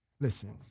Listen